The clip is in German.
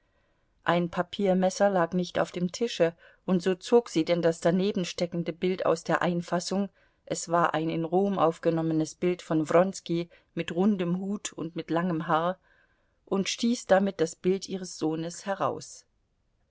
ein papiermesser lag nicht auf dem tische und so zog sie denn das danebensteckende bild aus der einfassung es war ein in rom aufgenommenes bild von wronski mit rundem hut und mit langem haar und stieß damit das bild ihres sohnes heraus